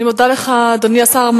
אני מודה לך, אדוני השר.